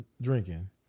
drinking